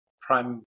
prime